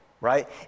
right